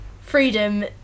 freedom